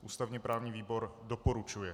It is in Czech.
Ústavněprávní výbor doporučuje.